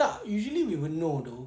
tak usually we will know though